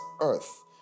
earth